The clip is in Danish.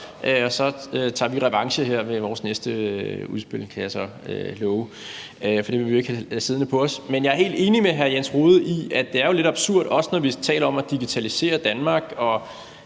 så tager vi revanche her med vores næste udspil, kan jeg så love, for det vil vi ikke have siddende på os. Men jeg er helt enig med hr. Jens Rohde i, at det jo er lidt absurd – også når vi taler om at digitalisere Danmark